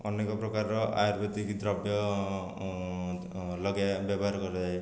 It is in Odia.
ଅନେକ ପ୍ରକାରର ଆୟୁର୍ବେଦିକ ଦ୍ରବ୍ୟ ଲଗେଇବା ବ୍ୟବହାର କରାଯାଏ